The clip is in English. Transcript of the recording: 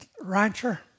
rancher